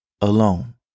Alone